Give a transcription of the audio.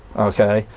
okay?